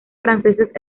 franceses